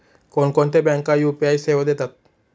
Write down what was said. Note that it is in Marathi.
कोणकोणत्या बँका यू.पी.आय सेवा देतात?